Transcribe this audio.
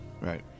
Right